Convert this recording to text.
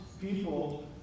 people